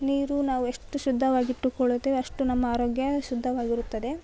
ನೀರು ನಾವೆಷ್ಟು ಶುದ್ಧವಾಗಿಟ್ಟುಕೊಳ್ಳುತ್ತೇವೆ ಅಷ್ಟು ನಮ್ಮ ಆರೋಗ್ಯ ಶುದ್ಧವಾಗಿರುತ್ತದೆ